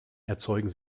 erzeugen